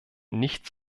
nicht